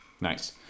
Nice